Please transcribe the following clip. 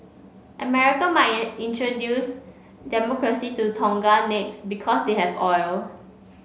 America might in introduce Democracy to Tonga next because they have oil